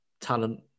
talent